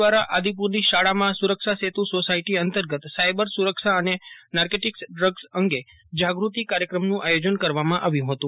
દ્વારા આદિપુરની શાળામાં સુરક્ષા સેતુ સોસાયટી અંતર્ગત સાયબર સુરક્ષા અને નાર્કેટીક્સ ડ્રગ્સ અંગે જાગૃતિ કાર્યક્રમનું આયોજન કરવામાં આવ્યું ફતું